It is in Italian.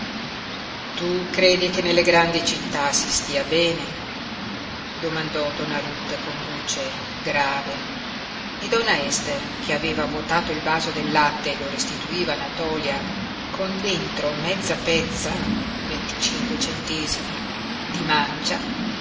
tu credi che nelle grandi città si stia bene domandò donna ruth con voce grave e donna ester che aveva vuotato il vaso del latte e lo restituiva a natòlia con dentro mezza pezza di mancia